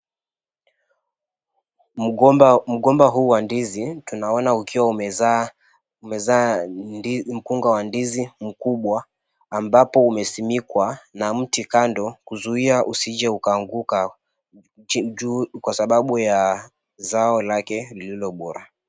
Mgomba huu wa ndizi tunaona ukiwa umeza mkunga wa ndizi mkubwa ambapo umesimikwa na mti kando kuzuia usije ukaanguka kwasababu ya zao lake lililo bora.